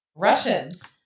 Russians